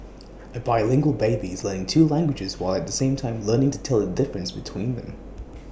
A bilingual baby is learning two languages while at the same time learning to tell the difference between them